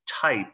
type